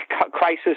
crisis